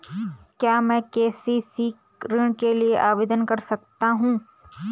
क्या मैं के.सी.सी ऋण के लिए आवेदन कर सकता हूँ?